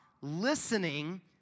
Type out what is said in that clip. listening